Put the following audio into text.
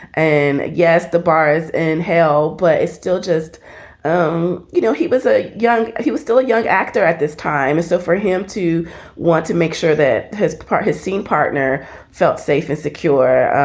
and yes, the bar in hell. but it's still just um you know, he was a young he was still a young actor at this time. so for him to want to make sure that his part has seen partner felt safe and secure,